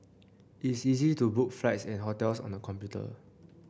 it's easy to book flights and hotels on the computer